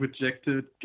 rejected